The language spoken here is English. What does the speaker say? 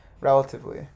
Relatively